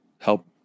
help